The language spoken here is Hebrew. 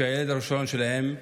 שהילד הראשון שלהם,